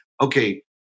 okay